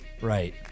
Right